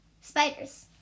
Spiders